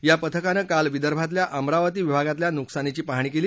या पथकांनं काल विदर्भातल्या अमरावती विभागातल्या नुकसानीची पाहणी केली